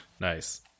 Nice